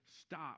stop